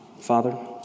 Father